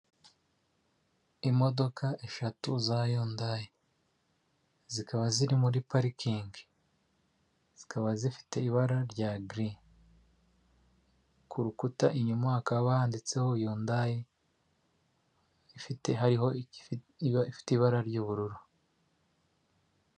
Imodoka eshatu za yundayi zikaba ziri muri parikingi, zikaba zifite ibara rya giri, ku rukuta inyuma hakaba handitseho yundayi ifite ibara ry'ubururu.